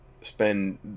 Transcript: spend